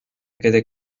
quede